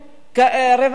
רווחה,